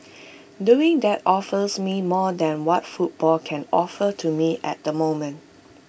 doing that offers me more than what football can offer to me at the moment